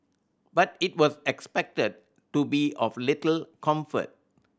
but it was expected to be of little comfort